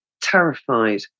terrified